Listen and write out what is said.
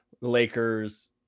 Lakers